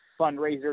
fundraiser